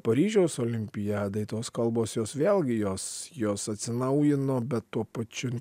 paryžiaus olimpiadai tos kalbos jos vėlgi jos jos atsinaujino bet tuo pačiu